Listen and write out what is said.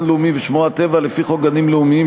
לאומי" ו"שמורת טבע" לפי חוק גנים לאומיים,